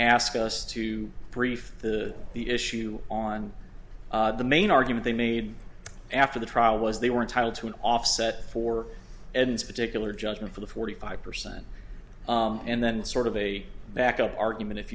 ask us to brief the the issue on the main argument they made after the trial was they were entitled to an offset for evidence particular judgment for the forty five percent and then sort of a back up argument if